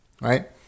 right